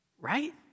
right